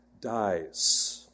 dies